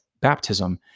baptism